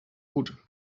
gut